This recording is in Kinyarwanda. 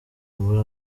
muri